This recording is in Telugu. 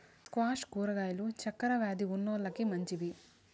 స్క్వాష్ కూరగాయలు చక్కర వ్యాది ఉన్నోలకి మంచివి